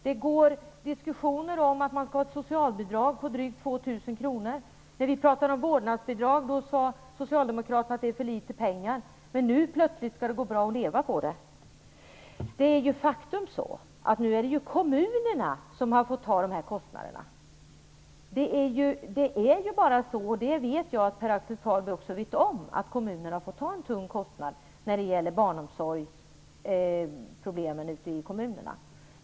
Det förs diskussioner om att socialbidraget skall uppgå till drygt 2 000 kronor. När vi talade om vårdnadsbidrag sade socialdemokraterna att det är för litet pengar. Men nu plötsligt går det bra att leva på så litet. Faktum är att det nu är kommunerna som får stå för dessa kostnader. Jag vet att också Pär-Axel Sahlberg vet att kommunerna får bära en tung börda när det gäller barnomsorgsproblemen.